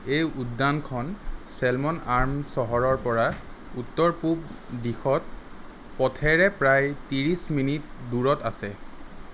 এই উদ্যানখন Salmon Arm চহৰৰ পৰা উত্তৰ পূব দিশত পথেৰে প্ৰায় তিৰিছ মিনিট দূৰত আছে